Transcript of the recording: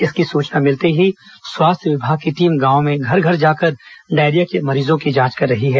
इसकी सुचना मिलते ही स्वास्थ्य विभाग की टीम गांव में घर घर जाकर डायरिया के मरीजों की जांच कर रही है